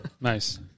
Nice